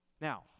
Now